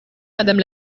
madame